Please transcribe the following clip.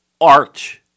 art